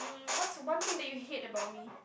mM what's one thing that you hate about me